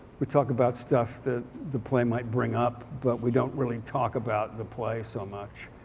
we talk about stuff that the play might bring up but we don't really talk about the play so much.